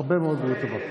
הרבה מאוד בריאות טובה.